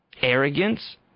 arrogance